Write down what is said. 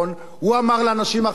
הוא אמר לאנשים אחרים: